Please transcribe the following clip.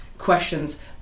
questions